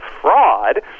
fraud